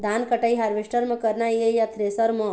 धान कटाई हारवेस्टर म करना ये या थ्रेसर म?